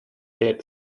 hit